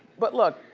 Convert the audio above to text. but look,